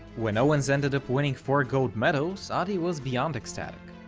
when owens ended up winning four gold medals, adi was beyond ecstatic.